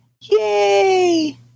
Yay